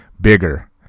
bigger